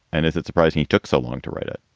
and is it surprised he took so long to write it?